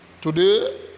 Today